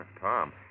Tom